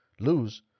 lose